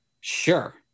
Sure